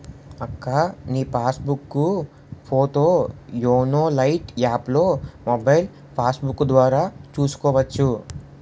అక్కా నీ passbook పోతో యోనో లైట్ యాప్లో మొబైల్ పాస్బుక్కు ద్వారా చూసుకోవచ్చు